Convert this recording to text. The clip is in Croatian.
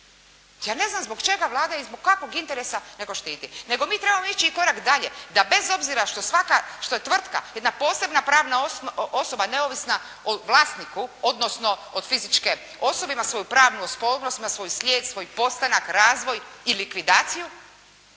Ja ne znam zbog čega Vlada i zbog kakvog interesa nekog štiti. Nego mi trebamo ići i korak dalje, da bez obzira što svaka, što je tvrtka jedna posebna pravna osoba neovisna o vlasniku, odnosno od fizičke osobe ima svoju pravnu …/Govornica se ne razumije./… ima svoj slijed, svoj postanak, razvoj i likvidaciju,